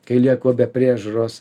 kai lieka be priežiūros